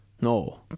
No